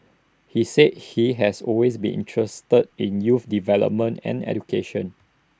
he said he has always been interested in youth development and education